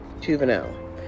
juvenile